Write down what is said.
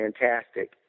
fantastic